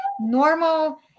normal